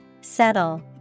Settle